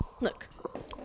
Look